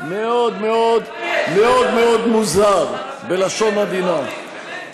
אתה מוכן להוביל, מאוד מאוד מוזר, בלשון עדינה.